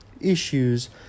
issues